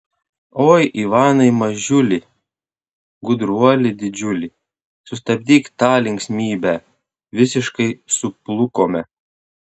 oi ivanai mažiuli gudruoli didžiuli sustabdyk tą linksmybę visiškai suplukome